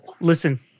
Listen